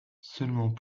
seulement